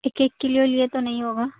ایک ایک کلو لئے تو نہیں ہو گا